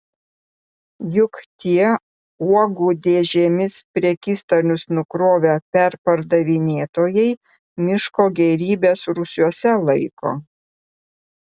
juk tie uogų dėžėmis prekystalius nukrovę perpardavinėtojai miško gėrybes rūsiuose laiko